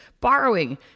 borrowing